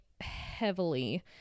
heavily